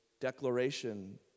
declaration